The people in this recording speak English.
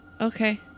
Okay